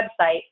website